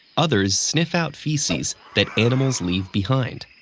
others sniff out feces that animals leave behind.